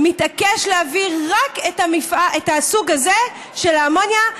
מתעקש להביא רק את הסוג הזה של האמוניה.